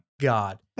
God